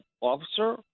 officer